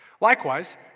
Likewise